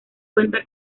cuenta